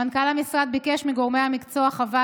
מנכ"ל המשרד ביקש מגורמי המקצוע חוות